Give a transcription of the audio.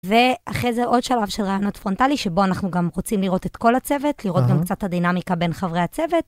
ואחרי זה עוד שלב של רעיונות פרונטלי, שבו אנחנו גם רוצים לראות את כל הצוות, לראות גם קצת הדינמיקה בין חברי הצוות.